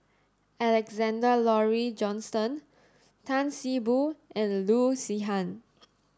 Alexander Laurie Johnston Tan See Boo and Loo Zihan